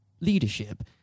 leadership